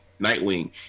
Nightwing